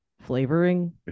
flavoring